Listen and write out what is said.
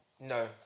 no